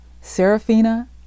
Serafina